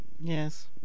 Yes